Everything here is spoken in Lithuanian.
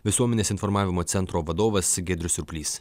visuomenės informavimo centro vadovas giedrius surplys